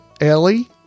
ellie